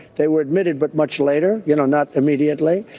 they were admitted but much later, you know, not immediately.